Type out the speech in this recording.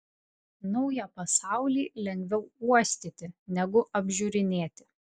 naują pasaulį lengviau uostyti negu apžiūrinėti